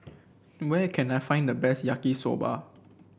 where can I find the best Yaki Soba